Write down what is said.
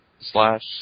Slash